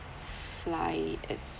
fly it's